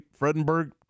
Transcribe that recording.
Fredenberg